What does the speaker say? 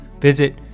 Visit